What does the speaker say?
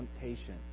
temptation